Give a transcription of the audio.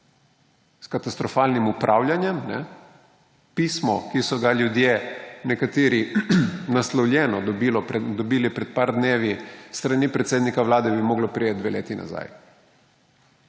s katastrofalnim upravljanjem. Pismo, ki so ga nekateri ljudje naslovljeno dobili pred nekaj dnevi s strani predsednika Vlade, bi moralo priti dve leti nazaj,